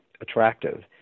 attractive